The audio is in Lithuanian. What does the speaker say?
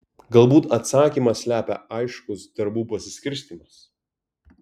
galbūt atsakymą slepia aiškus darbų pasiskirstymas